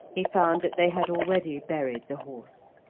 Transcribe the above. he found that they had already buried the horse,